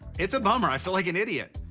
it's a bummer. i feel like an idiot,